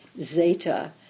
zeta